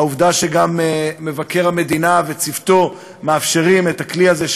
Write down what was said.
העובדה שגם מבקר המדינה וצוותו מאפשרים את הכלי הזה,